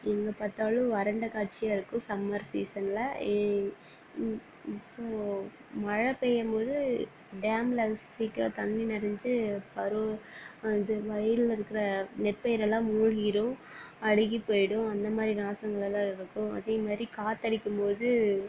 எங்கே பார்த்தாலும் வறண்ட காட்சியாக இருக்கும் சம்மர் சீசனில் இப்போது மழை பெய்யும் போது டேமில் சீக்கிரம் தண்ணி நிறைஞ்சி பரு இது வயலில் இருக்கிற நெற்பயிரெல்லாம் மூழ்கிடும் அழுகி போய்விடும் அந்த மாதிரி நாசங்களெல்லாம் நடக்கும் அதே மாதிரி காற்றடிக்கும் போது